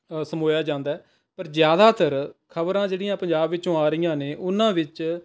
ਸਮੋਇਆ ਜਾਂਦਾ ਹੈ ਪਰ ਜ਼ਿਆਦਾਤਰ ਖਬਰਾਂ ਜਿਹੜੀਆਂ ਪੰਜਾਬ ਵਿੱਚੋਂ ਆ ਰਹੀਆਂ ਨੇ ਉਹਨਾਂ ਵਿੱਚ